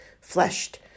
fleshed